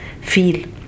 feel